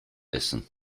essen